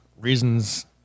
reasons